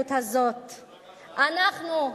ההידרדרות הזאת, אנחנו,